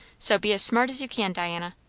so be as smart as you can, diana.